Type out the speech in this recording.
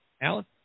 Alan